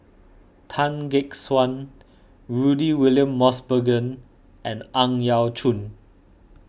Tan Gek Suan Rudy William Mosbergen and Ang Yau Choon